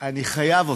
אני חייב אותך,